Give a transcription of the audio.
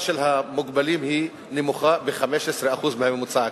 של המוגבלים נמוכה ב-15% מהממוצע הכללי.